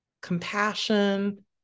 compassion